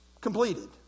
completed